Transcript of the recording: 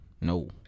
No